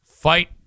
Fight